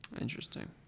Interesting